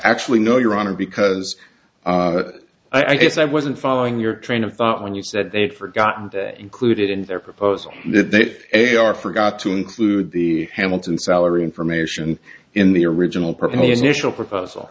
actually no your honor because i guess i wasn't following your train of thought when you said they'd forgotten day included in their proposal that they are forgot to include the hamilton salary information in the original purpose national proposal